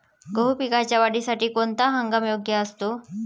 गहू पिकाच्या वाढीसाठी कोणता हंगाम योग्य असतो?